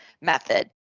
method